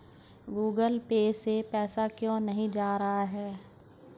Google Pay से पैसा क्यों नहीं जा रहा है?